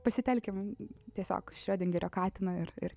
pasitelkime tiesiog šriodingerio katiną ir ir